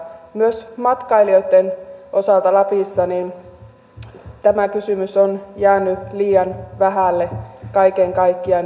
myös matkailijoitten osalta lapissa tämä kysymys on jäänyt liian vähälle kaiken kaikkiaan